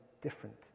different